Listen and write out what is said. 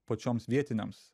pačioms vietinėms